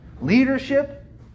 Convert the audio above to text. leadership